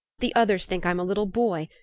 the others think i'm a little boy,